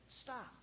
Stop